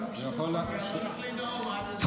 שימשיך לנאום עד אין-סוף.